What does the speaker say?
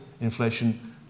inflation